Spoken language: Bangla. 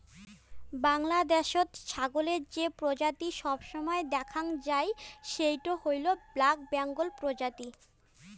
বাংলাদ্যাশত ছাগলের যে প্রজাতিটি সবসময় দ্যাখাং যাই সেইটো হইল ব্ল্যাক বেঙ্গল প্রজাতি